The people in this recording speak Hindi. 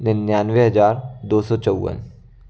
निन्यानवे हज़ार दो सौ चौवन